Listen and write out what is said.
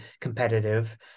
competitive